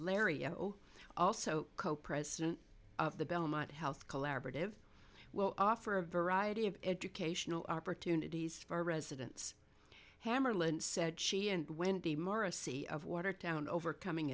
larry you also co president of the belmont health collaborative well i offer a variety of educational opportunities for residents hammarlund said she and wendy morrissey of watertown overcoming